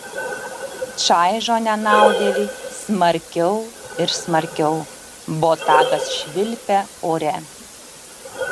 čaižo nenaudėlį smarkiau ir smarkiau botagas švilpia ore